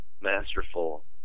masterful